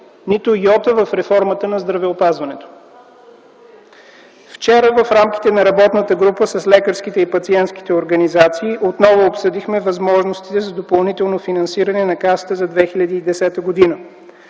нито йота в реформата на здравеопазването. Вчера в рамките на работната група с лекарските и пациентските организации отново обсъдихме възможностите за допълнително финансиране на Касата за 2010 г.